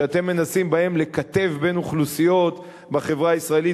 שאתם מנסים בהן לקטב בין אוכלוסיות בחברה הישראלית,